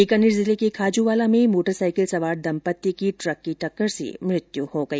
बीकानेर जिले के खाजूवाला में मोटरसाईकिल सवार दंपति की ट्रक की टक्कर से मृत्यु हो गई